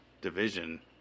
division